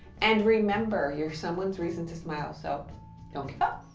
and remember, your someone's reason to smile, so don't give up.